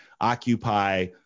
occupy